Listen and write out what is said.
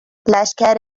لشکر